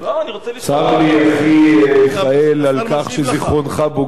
צר לי, אחי מיכאל, על כך שזיכרונך בוגד בך.